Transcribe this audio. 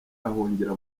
ahungira